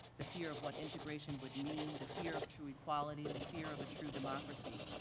the fear of what integration would mean, the fear of true equality, the fear of a true democracy.